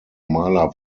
maler